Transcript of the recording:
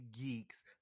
geeks